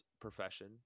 profession